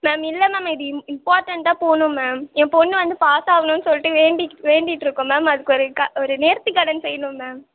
ma'am இல்லை ma'am இது இம் இம்பார்டன்ட்டாக போகணும் மேம் என் பொண்ணு வந்து பாஸ் ஆகணும் சொல்லிட்டு வேண்டிட்டு வேண்டிகிட்டு இருக்கோம் மேம் அதுக்கு ஒரு க ஒரு நேர்த்திக்கடன் செய்யணும் மேம்